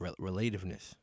relativeness